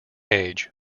age